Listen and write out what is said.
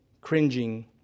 cringing